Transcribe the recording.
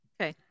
Okay